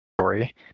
story